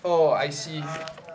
oh I see